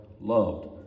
loved